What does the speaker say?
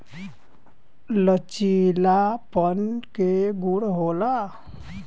लचीलापन के गुण होला